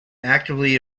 actively